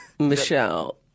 Michelle